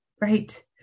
right